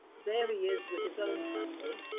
there he is with his own family.